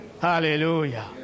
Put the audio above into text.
Hallelujah